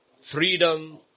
freedom